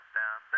down